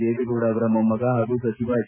ದೇವೇಗೌಡ ಅವರ ಮೊಮ್ಮಗ ಹಾಗೂ ಸಚಿವ ಎಚ್